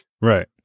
Right